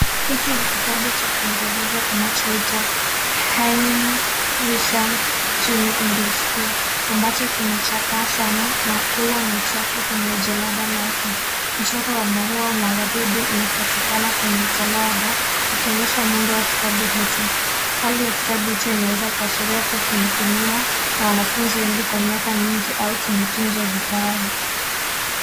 Hiki ni kitabu cha kingereza kinachoitwa Haydn Richards Junior Englisg 2 ambacho kimechakaa sana na kuwa na chafu kwenye jalada lake. Mchoro wa maua na wadudu unapatikana kwenye jalada ukionyesha muundo wa kitabu hicho. Hali ya kitabu hicho inaweza kuashiria kuwa kimetumiwa na wanafunzi wengi kwa miaka mingi au kimetunzwa vibaya.